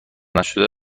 نشده